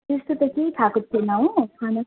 त्यस्तो त केही खाएको थिएन हो खाना